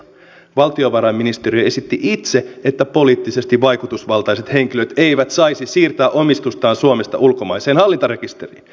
valtiovarainministeriö esitti itse että poliittisesti vaikutusvaltaiset henkilöt eivät saisi siirtää omistustaan suomesta ulkomaiseen hallintarekisteriin